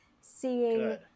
seeing